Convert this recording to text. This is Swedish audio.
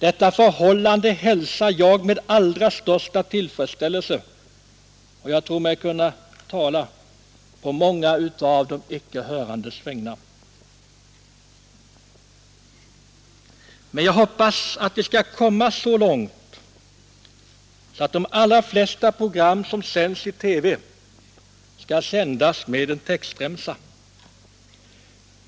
Detta förhållande hälsar jag med allra största tillfredsställelse, och jag tror mig kunna tala på många av de icke hörandes vägnar. Men jag hoppas att vi skall komma så långt att de allra flesta program som sänds i TV skall vara försedda med en textremsa.